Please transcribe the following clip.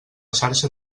xarxa